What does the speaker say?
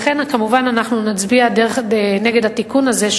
לכן כמובן אנחנו נצביע נגד התיקון הזה,